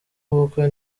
ubukwe